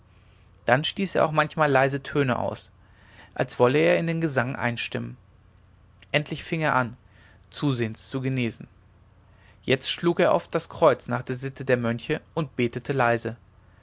dann stieß er auch manchmal leise töne aus als wolle er in den gesang einstimmen endlich fing er an zusehends zu genesen jetzt schlug er oft das kreuz nach sitte der mönche und betete leise